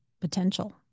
potential